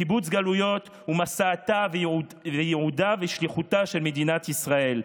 "קיבוץ גלויות הוא משאתה וייעודה ושליחותה של מדינת ישראל.